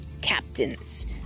captains